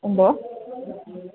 എന്തോ